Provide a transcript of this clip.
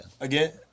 Again